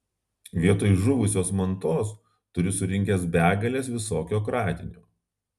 vietoj žuvusios mantos turiu susirinkęs begales visokio kratinio